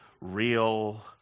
real